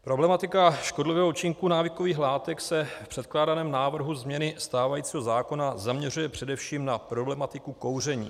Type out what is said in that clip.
Problematika škodlivého účinku návykových látek se v předkládaném návrhu změny stávajícího zákona zaměřuje především na problematiku kouření.